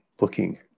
looking